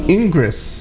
Ingress